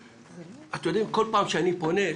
כל פעם שאני פונה,